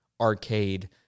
arcade